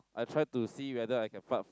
I tried to see whether I can fart